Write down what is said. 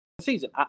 season